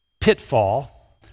pitfall